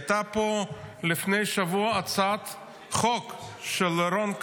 הייתה פה לפני שבוע הצעת חוק של רון כץ,